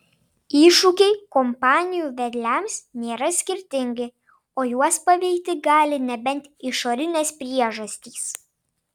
iššūkiai kompanijų vedliams nėra skirtingi o juos paveikti gali nebent išorinės priežastys